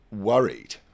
worried